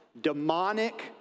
demonic